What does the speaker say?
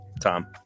Tom